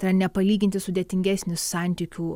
tai yra nepalyginti sudėtingesnis santykių